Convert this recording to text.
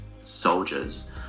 soldiers